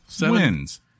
Wins